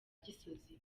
gisozi